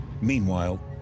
Meanwhile